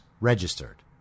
registered